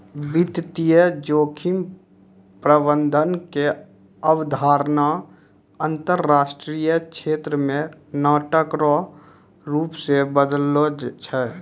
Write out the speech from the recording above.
वित्तीय जोखिम प्रबंधन के अवधारणा अंतरराष्ट्रीय क्षेत्र मे नाटक रो रूप से बदललो छै